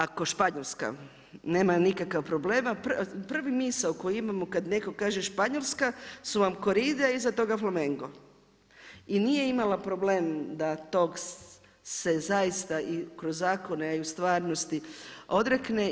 Ako Španjolska nema nikakav problem, prva misao koju imamo kada neko kaže Španjolska su vam Korida iza toga Flamengo i nije imala problem da tog se zaista kroz zakone, a i u stvarnosti odrekne.